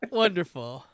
Wonderful